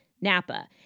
Napa